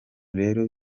rero